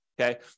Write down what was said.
okay